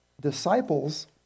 disciples